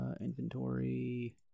Inventory